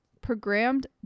programmed